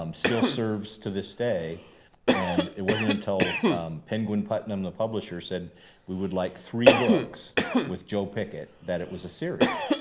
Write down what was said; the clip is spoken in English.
um still serves to this day and it wasn't until penguin putnam, the publisher said we would like three books with joe pickett, that it was a series.